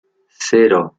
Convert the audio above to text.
cero